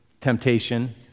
temptation